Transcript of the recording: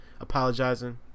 Apologizing